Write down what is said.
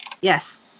Yes